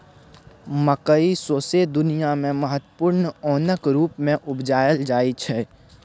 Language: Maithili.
मकय सौंसे दुनियाँ मे महत्वपूर्ण ओनक रुप मे उपजाएल जाइ छै